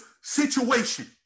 situation